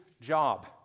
job